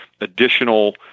additional